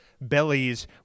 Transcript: bellies